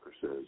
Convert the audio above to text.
says